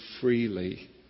freely